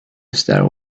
start